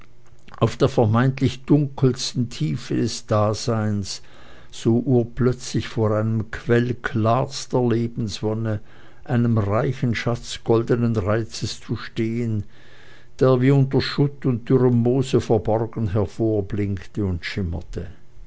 auf der vermeintlich dunkelsten tiefe des daseins so urplötzlich vor einem quell klarster lebenswonne einem reichen schatze goldenen reizes zu stehen der wie unter schutt und dürrem moose verborgen hervorblinkte und schimmerte